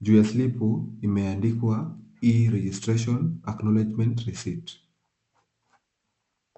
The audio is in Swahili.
Juu ya slipu imeandikwa E Registration Aknowledgement Receipt .